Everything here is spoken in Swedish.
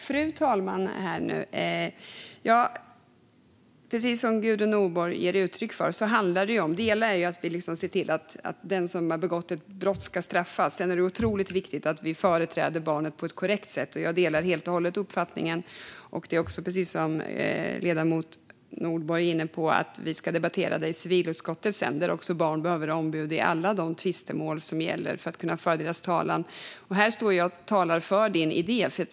Fru talman! Precis som Gudrun Nordborg ger uttryck för handlar det om att se till att den som har begått ett brott ska straffas. Det också otroligt viktigt att vi företräder barnet på ett korrekt sätt. Jag delar helt och hållet denna uppfattning. Som ledamoten Nordborg tar upp ska vi debattera det här i civilutskottet senare. Barn behöver ombud i alla de tvistemål som gäller för att deras talan ska kunna föras. Jag talar här för din idé.